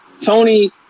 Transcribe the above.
Tony